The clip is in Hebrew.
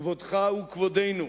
כבודך הוא כבודנו,